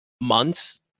months